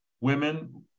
Women